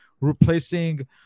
replacing